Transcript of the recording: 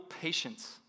patience